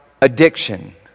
addiction